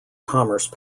commerce